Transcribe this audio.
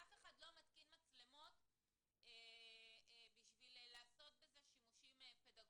אף אחד לא מתקין מצלמות כדי לעשות בזה שימושים פדגוגיים.